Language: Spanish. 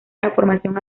transformación